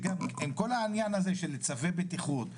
כל הנושא של צווי בטיחות,